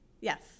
Yes